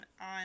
on